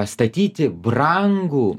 statyti brangų